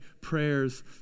prayers